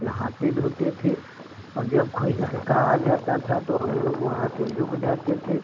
नहाते धोते थे और जब कोई लड़का आ जाता था तो हम लोग वहाँ पर लुक जाते थे